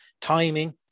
Timing